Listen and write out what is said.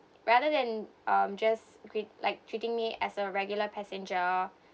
rather than um just greet like treating me as a regular passenger